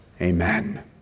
Amen